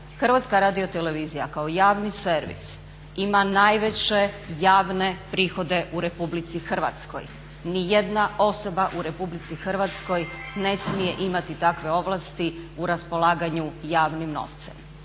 Hrvatska radio televizija kao javni servis ima najveće javne prihode u RH. Ni jedna osoba u RH ne smije imati takve ovlasti u raspolaganju javnim novcem.